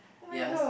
ya